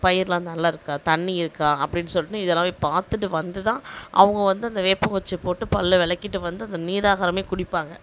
பயிரெலாம் நல்லாயிருக்கா தண்ணீர் இருக்கா அப்படின் சொல்லிட்டு இதெலாம் போய் பார்த்துட்டு வந்துதான் அவங்க வந்து அந்த வேப்பங்குச்சி போட்டு பல்லு விளக்கிட்டு வந்து அந்த நீராகாரமே குடிப்பாங்க